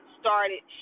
started